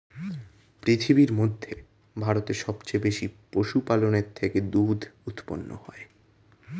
পৃথিবীর মধ্যে ভারতে সবচেয়ে বেশি পশুপালনের থেকে দুধ উৎপন্ন হয়